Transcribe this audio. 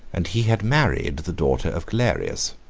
and he had married the daughter of galerius.